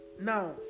now